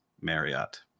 Marriott